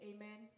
Amen